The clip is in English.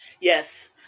Yes